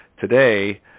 today